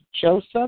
Joseph